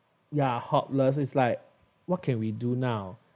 ya hopeless is like what can we do now